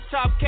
Top